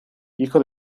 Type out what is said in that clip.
hijo